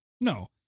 No